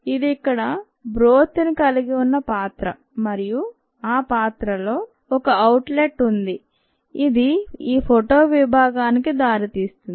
ఇది ఇక్కడ బ్రోత్ ను కలిగి ఉన్న పాత్ర మరియు ఈ పాత్రలో ఒక అవుట్ లెట్ ఉంది ఇది ఈ ఫోటో విభాగానికి దారితీస్తుంది